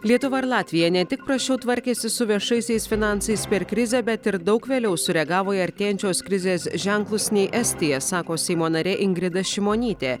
lietuva ir latvija ne tik prasčiau tvarkėsi su viešaisiais finansais per krizę bet ir daug vėliau sureagavo į artėjančios krizės ženklus nei estija sako seimo narė ingrida šimonytė